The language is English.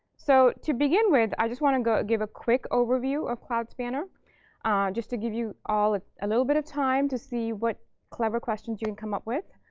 so to begin with, i just want to give a quick overview of cloud spanner just to give you all a little bit of time to see what clever questions you can come up with.